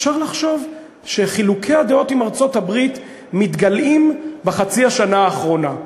אפשר לחשוב שחילוקי הדעות עם ארצות-הברית מתגלעים בחצי השנה האחרונה,